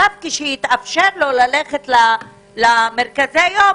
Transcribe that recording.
כשיתאפשר לו ללכת למרכזי היום עכשיו,